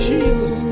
Jesus